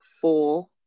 four